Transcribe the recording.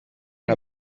nka